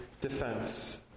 defense